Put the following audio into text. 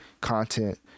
content